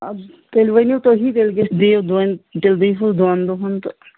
اَدٕ تیٚلہِ ؤنِو تُہی تیٚلہِ دِیوٗ دوٚنۍ تیٚلہِ دی ہُس دۄن دۄہَن تہٕ